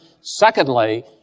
Secondly